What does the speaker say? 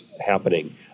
happening